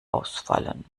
ausfallen